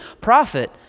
prophet